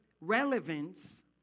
relevance